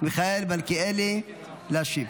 מיכאל מלכיאלי להשיב.